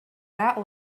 that